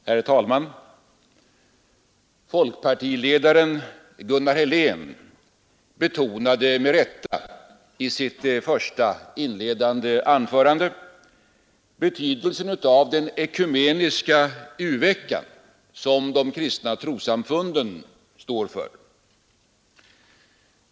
Herr talman! Folkpartiledaren Gunnar Helén betonade med rätta i sitt första, inledande anförande betydelsen av den ekumeniska u-vecka som de kristna trossamfunden står för.